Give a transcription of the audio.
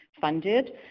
funded